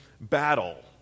battle